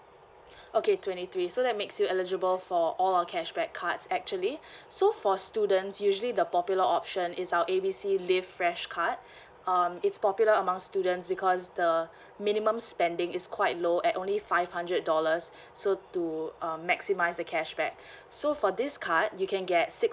okay twenty three so that makes you eligible for all our cashback cards actually so for students usually the popular option is our A B C live fresh card um it's popular among students because the minimum spending is quite low at only five hundred dollars so to uh maximise the cashback so for this card you can get six